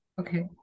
okay